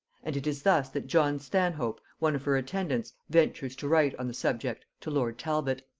and it is thus that john stanhope, one of her attendants, ventures to write on the subject to lord talbot.